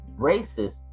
racist